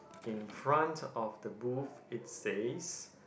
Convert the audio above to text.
in front of the booth it says